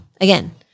again